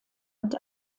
und